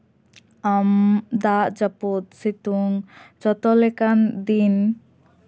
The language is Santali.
ᱟᱢ ᱫᱟᱜᱼᱡᱟᱯᱩᱫ ᱥᱤᱛᱩᱝ ᱡᱷᱚᱛᱚᱞᱮᱠᱟᱱ ᱫᱤᱱ